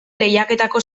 lehiaketako